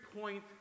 point